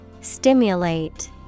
Stimulate